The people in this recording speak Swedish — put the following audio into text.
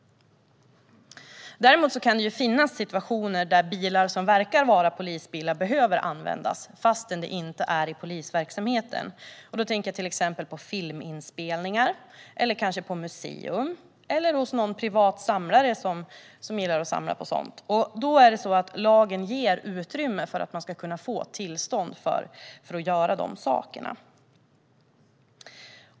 Däremot kan det ju finnas situationer där bilar som verkar vara polisbilar behöver användas, trots att det inte rör sig om polisverksamhet. Då tänker jag till exempel på filminspelningar, museer eller privata samlare. Lagen ger också utrymme för att man ska kunna få tillstånd till sådant.